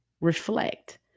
reflect